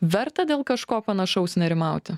vertą dėl kažko panašaus nerimauti